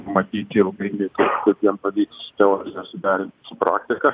matyti ilgainiui kaip kaip jam pavyks su teoriją suderint su praktika